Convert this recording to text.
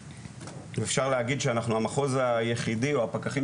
ואפשר להגיד שאנחנו המחוז היחידי בו הפקחים